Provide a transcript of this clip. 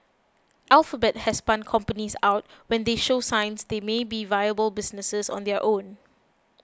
alphabet has spun companies out when they show signs they might be viable businesses on their own